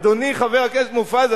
אדוני חבר הכנסת מופז,